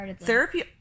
Therapy